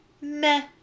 meh